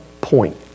point